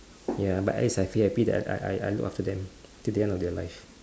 ya but at least I feel happy that I I I look after them till the end of their life